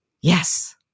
Yes